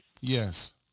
Yes